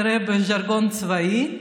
שנהוגות כנראה בז'רגון צבאי,